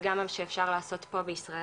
וגם מה שאפשר לעשות פה בישראל.